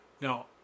Now